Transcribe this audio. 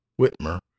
Whitmer